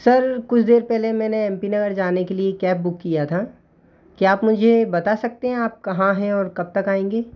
sir कुछ देर पेहले मैंने एम पी नगर जाने के लिए कैब बुक किया था क्या आप मुझे बता सकते हैं आप कहाँ हैं और कब तक आएंगे